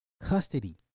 custody